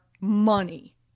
Money